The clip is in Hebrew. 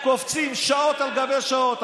קופצים שעות על גבי שעות.